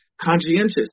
conscientious